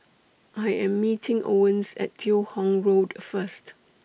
I Am meeting Owens At Teo Hong Road First